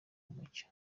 mucyo